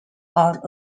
are